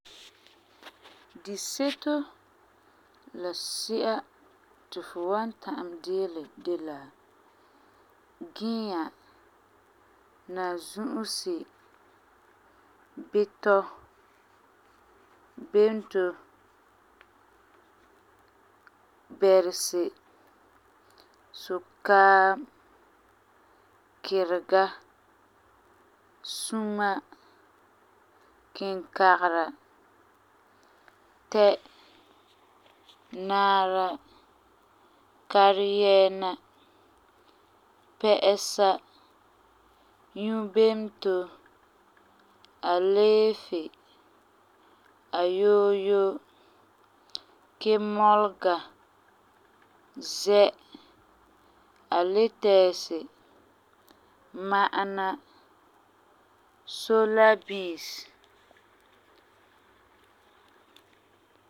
Di seto la si'a ti fu wan ta'am diilɛ de la, giia, nanzu'usi, bitɔ, bento, bɛresi, sukaam, kirega, suma, kinkagera, tɛa, naara kareyɛɛna, pɛ'ɛsa, yubemto, aleefi, ayooyo, kemɔlega, zɛa, aletɛɛsi, ma'ana, solabiisi.